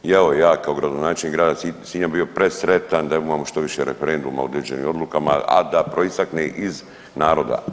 I evo ja kao gradonačelnik Grada Sinja bi bio presretan da imamo što više referenduma o određenim odlukama, a da proistekne iz naroda.